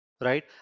right